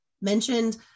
mentioned